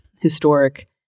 historic